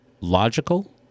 logical